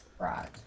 right